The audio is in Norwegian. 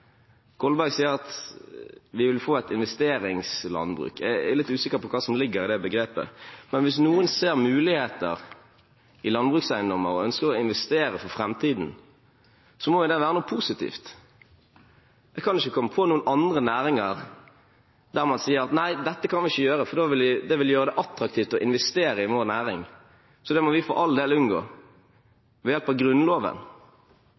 Kolberg sier at vi vil få et investeringslandbruk. Jeg er litt usikker på hva som ligger i det begrepet. Men hvis noen ser muligheter i landbrukseiendommer og ønsker å investere for framtiden, må jo det være noe positivt. Jeg kan ikke komme på noen andre næringer der man sier: Nei, dette kan vi ikke gjøre, for det vil gjøre det attraktivt å investere i vår næring, så det må vi for all del